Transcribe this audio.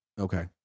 Okay